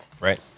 right